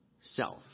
self